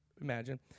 imagine